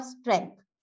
strength